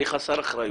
אני חסר אחריות.